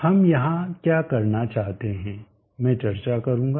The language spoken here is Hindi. हम यहां क्या करना चाहते हैं मैं चर्चा करूंगा